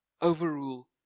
overrule